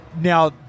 Now